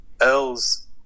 L's